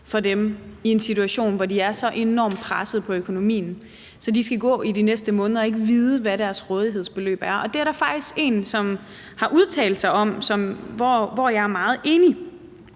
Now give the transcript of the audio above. for dem i en situation, hvor de er så enormt pressede på økonomien, altså at de skal gå i de næste måneder og ikke vide, hvad deres rådighedsbeløb er. Det er der faktisk en, som har udtalt sig om, og hvor jeg er meget enig.